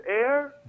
air